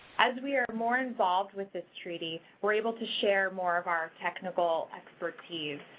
as we are more involved with this treaty, we're able to share more of our technical expertise.